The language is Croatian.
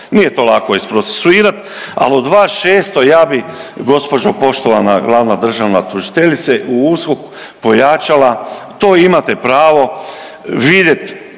nije to lako isprocesuirati, ali od vaš 600,ja bi, gđo. poštovana glavna državna tužiteljice, u USKOK pojačala, to imate pravo, vidjeti